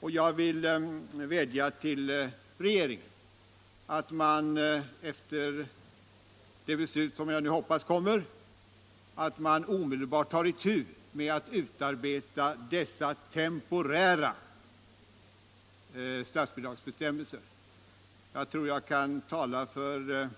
Jag vill vädja till regeringen att. efter det beslut som jag nu hoppas kommer, omedelbart ta itu med att utarbeta dessa temporära statsbidragsbestämmelser. Jag tror jag i det här fallet kan tala för